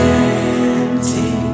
empty